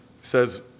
says